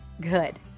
Good